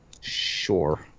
Sure